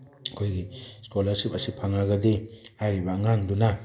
ꯑꯩꯈꯣꯏꯒꯤ ꯁ꯭ꯀꯣꯂꯔꯁꯤꯞ ꯑꯁꯤ ꯐꯪꯉꯒꯗꯤ ꯍꯥꯏꯔꯤꯕ ꯑꯉꯥꯡꯗꯨꯅ